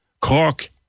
Cork